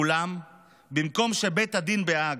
אולם במקום שבית הדין בהאג,